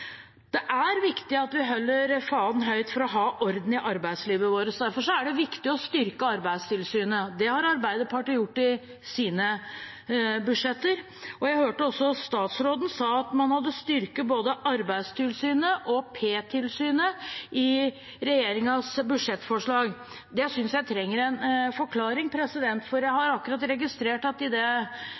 Det er viktig at vi holder fanen høyt for å ha orden i arbeidslivet vårt. Derfor er det viktig å styrke Arbeidstilsynet. Det har Arbeiderpartiet gjort i sine budsjetter. Jeg hørte også statsråden si at man hadde styrket både Arbeidstilsynet og Petroleumstilsynet i regjeringens budsjettforslag. Det synes jeg trenger en forklaring, for jeg har akkurat registrert at i